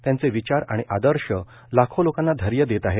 त्यांचे विचार आणि आदर्श लाखो लोकांना धैर्य देत आहेत